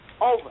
over